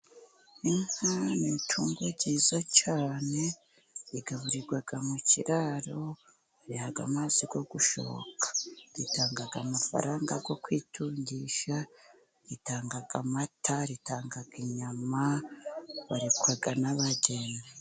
Inka ni itungo ryiza cyane rigaburirwa mu kiraro, bayiha amazi yo gushoka, ritanga amafaranga yo kwitungisha, ritanga amata, ritanga inyama, barikwa n'abageni.